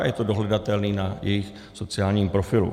Je to dohledatelné na jejich sociálním profilu.